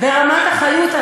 ברמת אחיוּת,